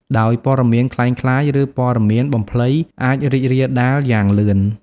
ដោយព័ត៌មានក្លែងក្លាយ ឬព័ត៌មានបំភ្លៃអាចរីករាលដាលយ៉ាងលឿន។